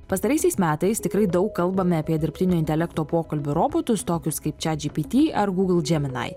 pastaraisiais metais tikrai daug kalbame apie dirbtinio intelekto pokalbių robotus tokius chat gpt ar google džeminai